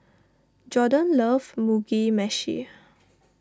Jordon loves Mugi Meshi